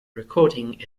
recording